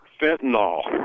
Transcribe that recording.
fentanyl